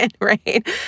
right